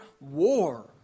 war